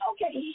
Okay